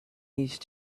these